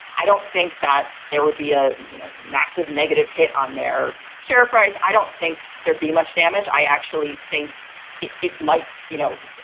i don't think that there would be a and you know massive negative hit on their share price. i don't think there'd be much damage. i actually think it it might. you know,